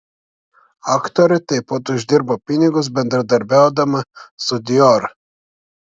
aktorė taip pat uždirba pinigus bendradarbiaudama su dior